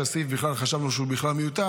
הסעיף שבכלל חשבנו שהוא מיותר,